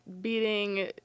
beating